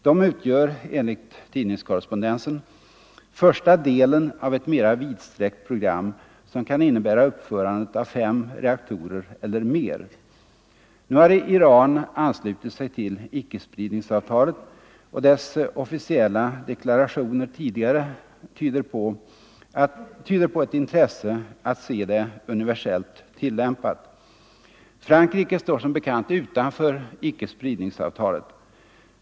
De utgör, enligt tidningskorrespondensen, ”första delen av ett mera vidsträckt program, som kan innebära uppförandet av fem reaktorer eller mer”. Iran har anslutit sig till icke-spridningsavtalet, och deras officiella deklarationer tidigare tyder på ett intresse att se det universellt tillämpat. Frankrike står som bekant utanför icke-spridningsavtalet.